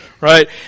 right